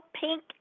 pink